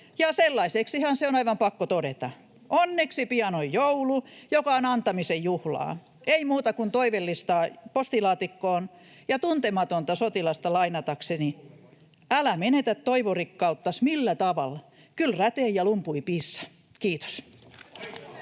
ja sellaiseksihan se on aivan pakko todeta. Onneksi pian on joulu, joka on antamisen juhlaa. Ei muuta kuin toivelistaa postilaatikkoon, ja Tuntematonta sotilasta lainatakseni: ”Älä menetä toivorikkauttas millän taval. Kyl rätei ja lumpui piissa!” — Kiitos.